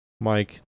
Mike